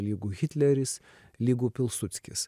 lygu hitleris lygu pilsudskis